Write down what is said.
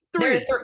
Three